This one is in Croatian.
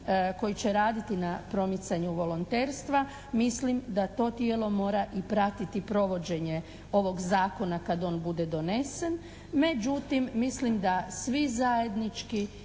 koje će raditi na promicanju volonterstva. Mislim da to tijelo mora i pratiti provođenje ovog zakona kad on bude donesen. Međutim, mislim da svi zajednički